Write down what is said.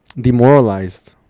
demoralized